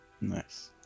nice